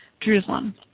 Jerusalem